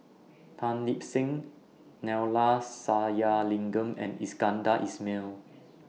Tan Lip Seng Neila Sathyalingam and Iskandar Ismail